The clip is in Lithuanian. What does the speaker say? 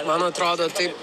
man atrodo taip